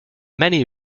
many